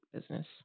business